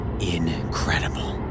incredible